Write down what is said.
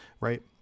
right